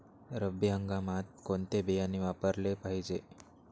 रब्बी हंगामात कोणते बियाणे वापरले पाहिजे?